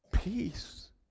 Peace